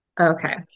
Okay